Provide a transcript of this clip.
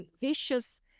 vicious